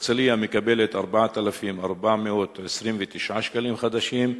הרצלייה מקבלת 4,429 שקלים חדשים,